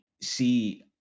see